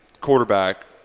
quarterback